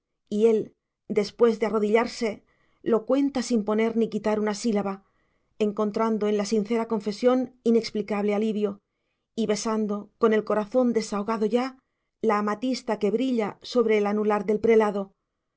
y él después de arrodillarse lo cuenta sin poner ni quitar una sílaba encontrando en la sincera confesión inexplicable alivio y besando con el corazón desahogado ya la amatista que brilla sobre el anular del prelado